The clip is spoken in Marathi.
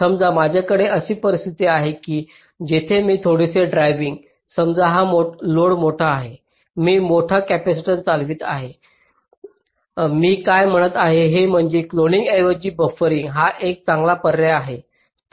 समजा माझ्याकडे असे परिस्थिती आहे की जिथे मी थोडेसे ड्रायविंग समजा हा लोड मोठा आहे मी मोठा कॅपेसिटन्स चालवित आहे मी काय म्हणत आहे ते म्हणजे क्लोनिंगऐवजी बफरिंग हा एक चांगला पर्याय आहे